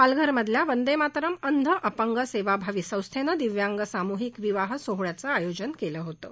पालघर मधल्या वंदे मातरम अंध अपंग सेवाभावी संस्थेनं दिव्यांग सामूहिक विवाह सोहळ्याचं आयोजन केलं होतं